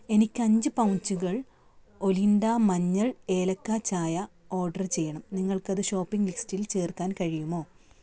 എനിക്ക് അഞ്ച് പൗച്ചുകൾ ഒലിൻഡ മഞ്ഞൾ ഏലക്ക ചായ ഓർഡർ ചെയ്യണം നിങ്ങൾക്കത് ഷോപ്പിംഗ് ലിസ്റ്റിൽ ചേർക്കാൻ കഴിയുമോ